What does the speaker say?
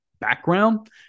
background